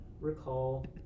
recall